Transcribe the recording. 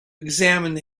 examine